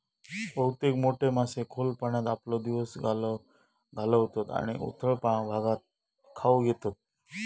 बहुतेक मोठे मासे खोल पाण्यात आपलो दिवस घालवतत आणि उथळ भागात खाऊक येतत